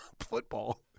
football